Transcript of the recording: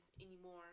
anymore